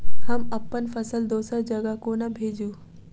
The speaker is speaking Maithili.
हम अप्पन फसल दोसर जगह कोना भेजू?